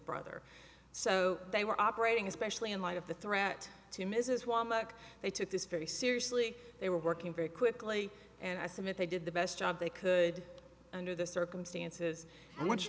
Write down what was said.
brother so they were operating especially in light of the threat to mrs wommack they took this very seriously they were working very quickly and i submit they did the best job they could under the circumstances and one